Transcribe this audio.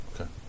Okay